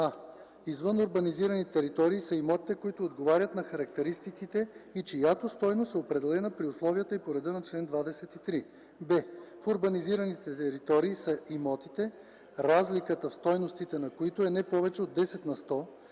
а) извън урбанизираните територии са имотите, които отговарят на характеристиките и чиято стойност е определена при условията и по реда на чл. 23; б) в урбанизираните територии са имотите, разликата в стойностите на които е не повече от 10 на сто,